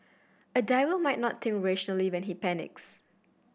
a diver might not think rationally when he panics